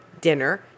dinner